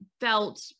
felt